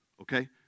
Okay